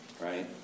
right